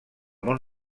món